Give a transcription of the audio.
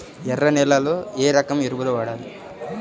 ఎర్ర నేలలో ఏ రకం ఎరువులు వాడాలి?